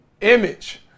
image